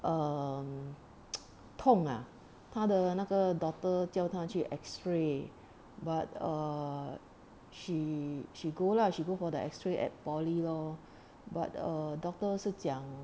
err 痛啊他的那个 daughter 叫她去 X ray but err she she go lah she go for the X ray at poly loh but err doctor 是讲